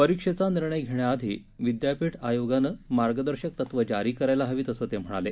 परीक्षेचा निर्णय घेण्याआधी विद्यापीठ आयोगानं मार्गदर्शक तत्व जारी करायला हवीत असं ते म्हणाले